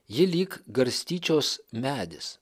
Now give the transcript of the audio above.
ji lyg garstyčios medis